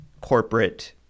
corporate